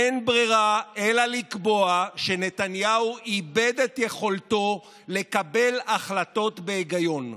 אין ברירה אלא לקבוע שנתניהו איבד את יכולתו לקבל החלטות בהיגיון.